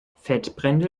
fettbrände